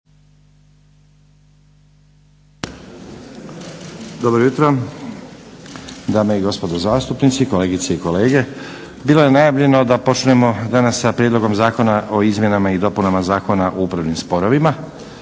Dobro jutro dame i gospodo zastupnici, kolegice i kolege. Bilo je najavljeno da počnemo danas sa Prijedlogom zakona o izmjenama i dopunama Zakona o upravnim sporovima.